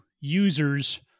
users